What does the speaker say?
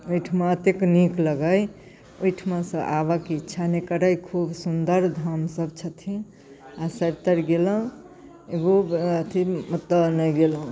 ओहिठाम एतेक नीक लागै ओहिठामसँ आबऽके इच्छा नहि करै खूब सुन्दर धामसब छथिन आओर सबतरि गेलहुँ एगो अथी ओतऽ नहि गेलहुँ